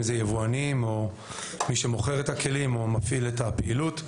אם זה יבואנים או מי שמוכר את הכלים או מפעיל את הפעילות,